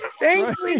thanks